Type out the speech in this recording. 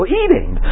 eating